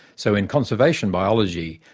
so in conservation biology,